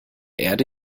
erde